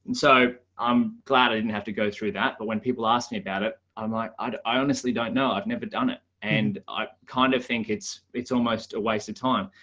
so i'm glad i didn't have to go through that. but when people asked me about it, i'm like, i honestly don't know. i've never done it. and i kind of think it's, it's almost a waste of time.